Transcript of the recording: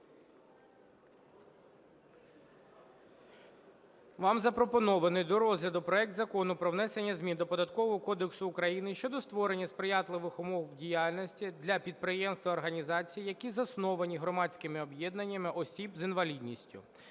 Вам запропонований до розгляду проект Закону про внесення змін до Податкового кодексу України щодо створення сприятливих умов діяльності для підприємств та організацій, які засновані громадськими об'єднаннями осіб з інвалідністю.